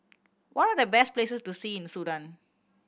what are the best places to see in Sudan